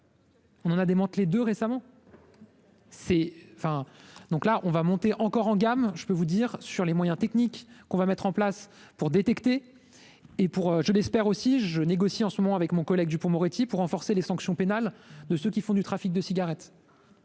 On en a démantelé 2 récemment. C'est enfin, donc là on va monter encore en gamme, je peux vous dire sur les moyens techniques qu'on va mettre en place pour détecter et pour, je l'espère, aussi je négocie en ce moment avec mon collègue Dupond-Moretti pour renforcer les sanctions pénales de ceux qui font du trafic de cigarettes